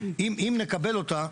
אם נקבל אותה,